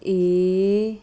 A